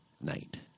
night